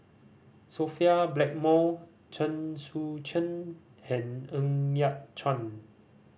Sophia Blackmore Chen Sucheng and Ng Yat Chuan